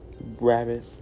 Rabbit